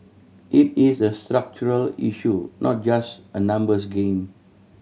it is a structural issue not just a numbers game